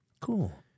Cool